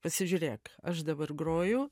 pasižiūrėk aš dabar groju